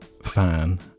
fan